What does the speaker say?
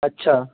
अच्छा